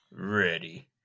Ready